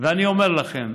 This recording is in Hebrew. ואני אומר לכם: